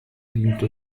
vinto